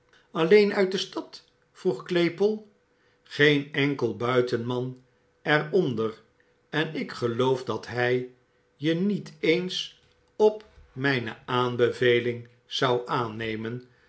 allen uit de stad vroeg claypole geen enkel buitenman er onder en ik geloof dat hij je niet eens op mijne aanbeveling zou aannemen